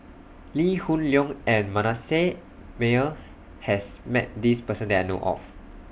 Lee Hoon Leong and Manasseh Meyer has Met This Person that I know of